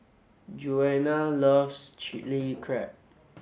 Djuana loves Chili Crab